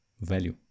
value